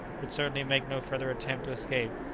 would certainly make no further attempt to escape,